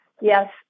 yes